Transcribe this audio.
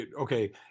okay